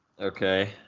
Okay